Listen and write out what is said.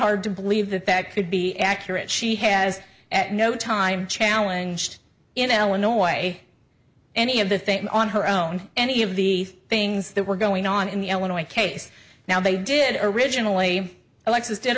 hard to believe that that could be accurate she has at no time challenge to in illinois any of the things on her own any of the things that were going on in the illinois case now they did originally alexis did